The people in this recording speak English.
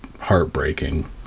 heartbreaking